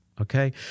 okay